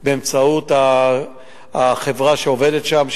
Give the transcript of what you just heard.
באמצעות החברה שעובדת שם,